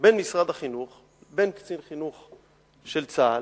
בין משרד החינוך לבין קצין חינוך של צה"ל.